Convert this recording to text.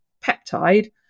peptide